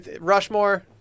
Rushmore